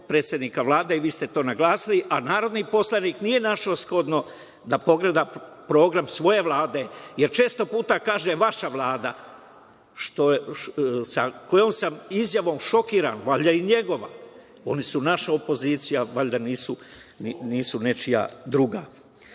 predsednika Vlade i vi ste to naglasili a narodni poslanik nije našao shodno da pogleda program svoje Vlade, jer često puta kaže – vaša vlada, čijom sam izjavom šokiran, valjda je i njegova, oni su naša opozicija, valjda nisu nečija druga.